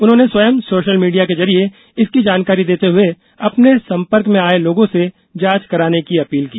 उन्होंने स्वयं social media के जरिए इसकी जानकारी देते हुए अपने संपर्क में आये लोगों से जांच कराने की अपील की